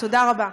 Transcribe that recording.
תודה רבה.